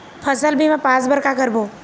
फसल बीमा पास बर का करबो?